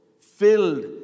filled